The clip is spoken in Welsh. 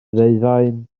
ddeufaen